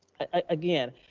ah again,